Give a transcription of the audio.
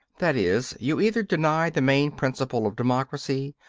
that is, you either deny the main principle of democracy,